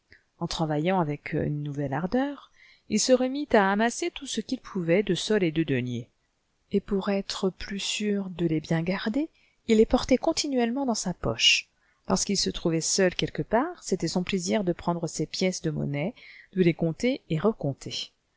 en travaillant avec une nouvelle ardeur il se remit à amasser tout ce qu'il pouvait de sols et de deniers et pour être plus sûr de les bien garder il les portait continuellement dans sa poche lorsqu'il se trouvait seul quelque part c'était son plaisir de prendre ses pièces de monnaie de les compter et recompter